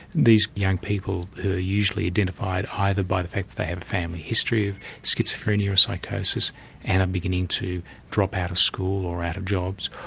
these young people who are usually identified either by the fact that they have a family history of schizophrenia or psychosis and are beginning to drop out of school, or out of jobs,